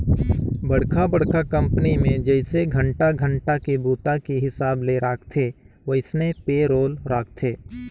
बड़खा बड़खा कंपनी मे जइसे घंटा घंटा के बूता के हिसाब ले राखथे वइसने पे रोल राखथे